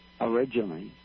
originally